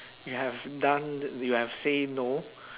you have done you have say no